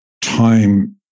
time